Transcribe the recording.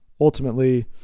Ultimately-